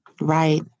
Right